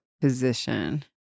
position